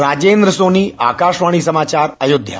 राजेन्द्र सोनी आकाशवाणी समाचार अयोध्या